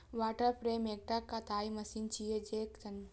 water frame एकटा कताइ machine छियै, जे पनचक्की सं चलै छै